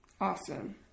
Awesome